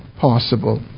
possible